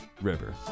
River